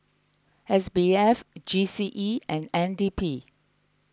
S B F G C E and N D P